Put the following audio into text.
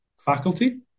faculty